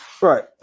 Right